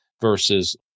versus